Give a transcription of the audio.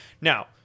now